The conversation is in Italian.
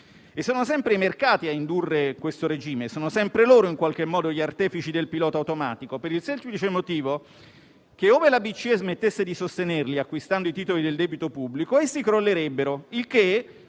Sono sempre i mercati a indurre questo regime e sono sempre loro, in qualche modo, gli artefici del pilota automatico, per il semplice motivo che, ove la BCE smettesse di sostenerli acquistando i titoli del debito pubblico, crollerebbero, il che,